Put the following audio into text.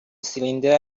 cylinder